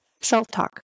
Self-talk